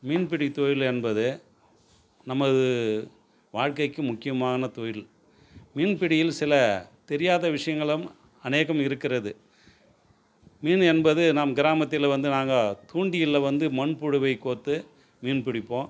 மீன்பிடித்தொழில் என்பது நமது வாழ்க்கைக்கு முக்கியமான தொழில் மீன்பிடியில் சில தெரியாத விஷயங்களும் அநேகம் இருக்கிறது மீன் என்பது நாம் கிராமத்தில் வந்து நாங்கள் தூண்டில்ல வந்து மண்புழுவை கோர்த்து மீன் பிடிப்போம்